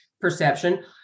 perception